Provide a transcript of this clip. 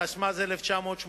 התשמ"ז 1987,